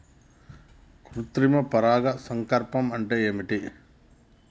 కృత్రిమ పరాగ సంపర్కం అంటే ఏంది?